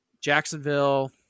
Jacksonville